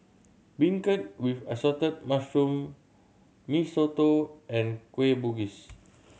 beancurd with assorted mushroom Mee Soto and Kueh Bugis